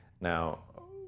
now